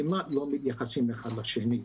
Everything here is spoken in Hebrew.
כמעט לא מתייחסים אחד לשני.